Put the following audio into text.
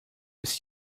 ist